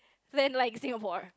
then like Singapore